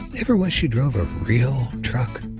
ever wish you drove a real truck?